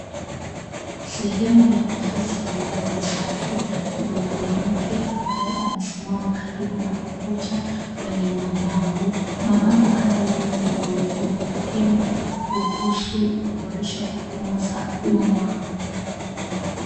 Sehemu ya ofisi ambayo ni safi. Kuna mwanamke ambaye amesimama karibu na ukuta wenye mabango. Mabango haya yana ujumbe muhimu kuhusu kuboresha huduma za umma.